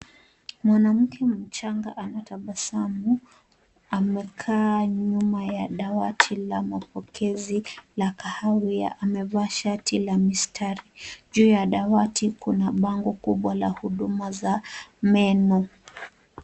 Mwanamke mchanga anatabasamu. Amekaa nyuma ya dawati la mapokezi la kahawia. Amevaa shati la mistari. Juu ya dawati kuna bango kubwa la huduma za meno.